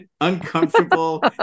uncomfortable